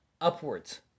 upwards